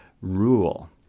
rule